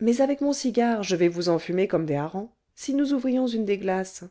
mais avec mon cigare je vais vous enfumer comme des harengs si nous ouvrions une des glaces